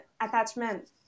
attachment